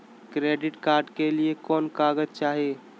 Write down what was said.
Credit card के लिए कौन कागज चाही?